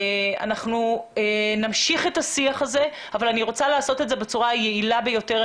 אנחנו נמשיך את השיח הזה אבל אני רוצה לעשות את זה בצורה היעילה ביותר.